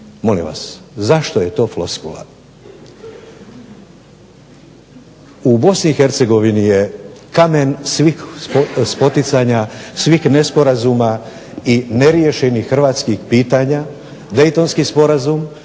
Molim vas, zašto je to floskula?